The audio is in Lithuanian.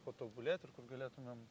patobulėt ir kur galėtumėm